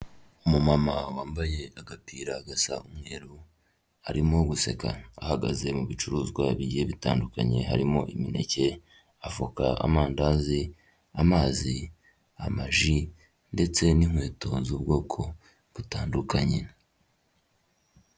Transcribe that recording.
Umumama wambaye agapira gasa umweru arimo guseka, ahagaze mu bicuruzwa bigiye bitandukanye harimo imineke, avoka, amandazi, amazi, amaji, ndetse n'inkweto z'ubwoko butandukanye.